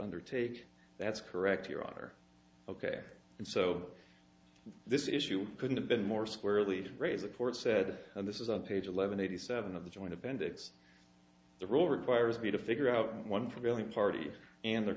undertake that's correct your honor ok and so this issue couldn't have been more squarely re the court said and this is on page eleven eighty seven of the joint appendix the rule requires me to figure out one prevailing parties and there